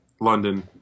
London